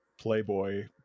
playboy